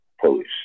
police